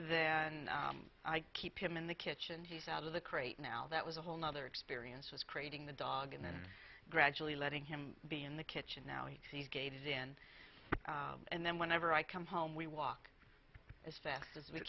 then i keep him in the kitchen he's out of the crate now that was a whole nother experience was creating the dog and then gradually letting him be in the kitchen now he sees gauges in and then whenever i come home we walk as fast as we